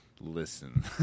Listen